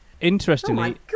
Interestingly